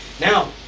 Now